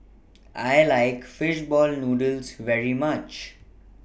I like Fish Ball Noodles very much